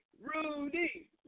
Rudy